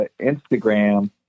Instagram